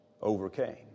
overcame